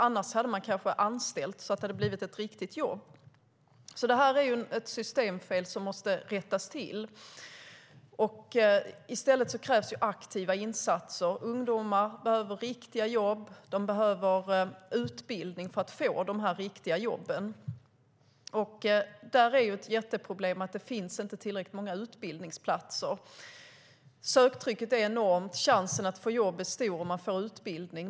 Annars hade de kanske anställt så att det hade blivit ett riktigt jobb. Detta är ett systemfel som måste rättas till. Det krävs aktiva insatser. Ungdomar behöver riktiga jobb och utbildning för att få sådana jobb. Ett jätteproblem är att det inte finns tillräckligt många utbildningsplatser - söktrycket är enormt. Chansen att få jobb är stor om man får utbildning.